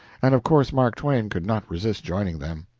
and of course mark twain could not resist joining them.